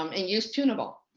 um and use tunable.